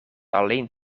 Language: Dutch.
alleen